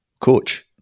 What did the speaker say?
coach